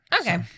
Okay